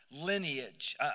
lineage